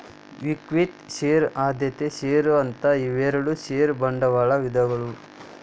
equity share ಆದ್ಯತೆಯ share ಅಂತ ಇವೆರಡು ಷೇರ ಬಂಡವಾಳದ ವಿಧಗಳು